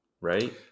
Right